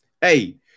hey